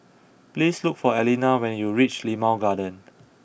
please look for Allena when you reach Limau Garden